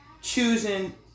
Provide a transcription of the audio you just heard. Choosing